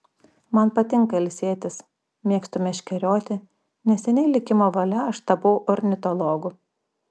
man patinka ilsėtis mėgstu meškerioti neseniai likimo valia aš tapau ornitologu